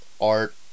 art